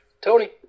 Tony